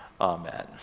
Amen